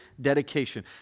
dedication